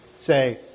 say